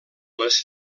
les